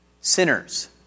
sinners